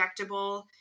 injectable